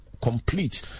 complete